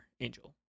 angel